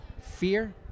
fear